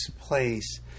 place